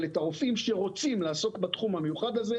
אבל את הרופאים שרוצים לעסוק בתחום המיוחד הזה,